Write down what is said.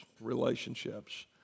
relationships